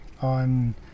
on